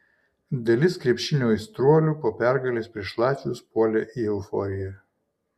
dalis krepšinio aistruolių po pergalės prieš latvius puolė į euforiją